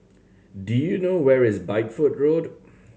do you know where is Bideford Road